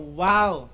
wow